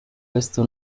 esto